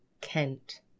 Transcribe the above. Kent